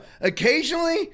Occasionally